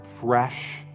fresh